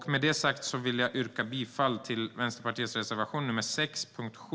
Med detta sagt yrkar jag bifall till Vänsterpartiets reservation 6, gällande punkt 7.